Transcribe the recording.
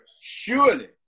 surely